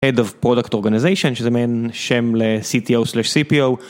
Head of Product Organization, שזה מעין שם ל-CTO / CPO.